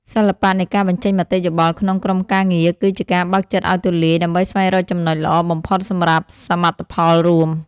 សិល្បៈនៃការបញ្ចេញមតិយោបល់ក្នុងក្រុមការងារ គឺ ជាការបើកចិត្តឱ្យទូលាយដើម្បីស្វែងរកចំណុចល្អបំផុតសម្រាប់សមិទ្ធផលរួម។